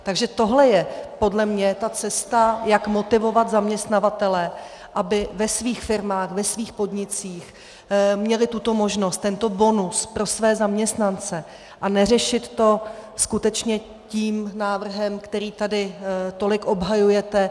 Takže tohle je podle mě ta cesta, jak motivovat zaměstnavatele, aby ve svých firmách, ve svých podnicích měli tuto možnost, tento bonus pro své zaměstnance, a neřešit to skutečně tím návrhem, který tady tolik obhajujete.